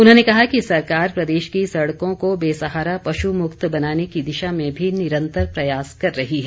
उन्होंने कहा कि सरकार प्रदेश की सड़कों को बेसहारा पशु मुक्त बनाने की दिशा में भी निरंतर प्रयास कर रही है